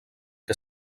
que